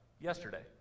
yesterday